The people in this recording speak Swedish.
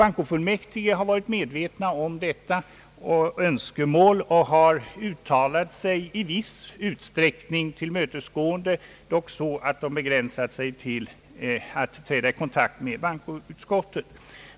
Bankofullmäktige har varit medvetna om detta önskemål och har uttalat sig i viss utsträckning tillmötesgående, dock så att de begränsar sig till att de skall kunna träda i ökad kontakt med bankoutskottet.